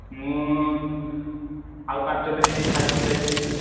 ମୁଁ ଆଉ ପାଞ୍ଚ ଦିନ ଛାଡ଼ିକି ଯାଇପାରିବି